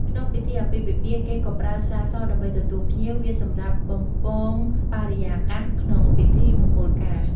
ក្នុងពិធីអាពាហ៍ពិពាហ៍ គេក៏ប្រើស្រាសដើម្បីទទួលភ្ញៀវ វាសម្រាប់បំពងបរិយាកាសក្នុងពិធីមង្គលការ។